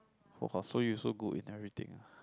!wah! so you so good in narrating ah